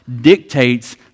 dictates